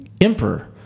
emperor